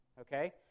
Okay